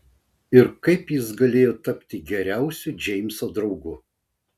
ir kaip jis galėjo tapti geriausiu džeimso draugu